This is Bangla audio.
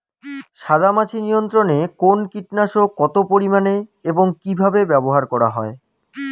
সাদামাছি নিয়ন্ত্রণে কোন কীটনাশক কত পরিমাণে এবং কীভাবে ব্যবহার করা হয়?